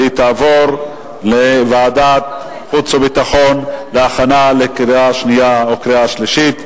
והיא תעבור לוועדת חוץ וביטחון להכנה לקריאה שנייה ולקריאה שלישית.